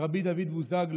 רבי דוד בוזגלו,